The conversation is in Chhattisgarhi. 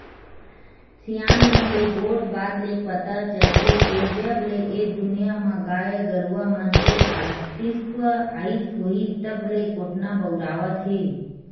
सियान मन के गोठ बात ले पता चलथे के जब ले ए दुनिया म गाय गरुवा मन के अस्तित्व आइस होही तब ले कोटना बउरात हे